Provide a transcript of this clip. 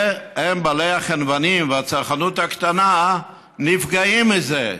והם, בעלי המכולות והצרכנות הקטנה נפגעים מזה.